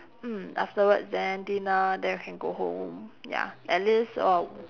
mm afterwards then dinner then we can go home ya at least uh